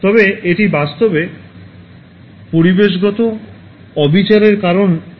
তবে এটি বাস্তবে পরিবেশগত অবিচারের কারণ হয়ে দাঁড়িয়েছে